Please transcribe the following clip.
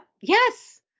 Yes